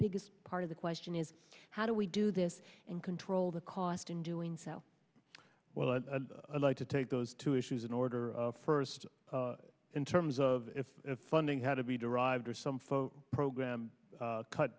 biggest part of the question is how do we do this and control the cost in doing so well i'd like to take those two issues in order first in terms of if funding had to be derived or some folk program